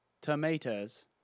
tomatoes